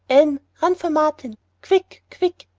anne, run for martin quick, quick!